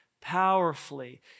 powerfully